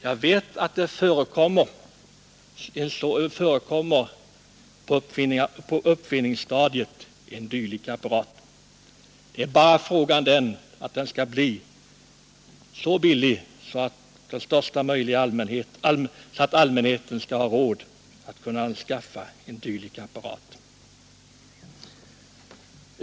Jag vet att en dylik apparat förekommer på uppfinningsstadiet, men den måste kunna tillverkas och säljas till ett så lågt pris att allmänheten får råd att skaffa sig den.